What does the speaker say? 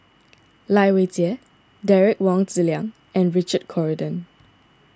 Lai Weijie Derek Wong Zi Liang and Richard Corridon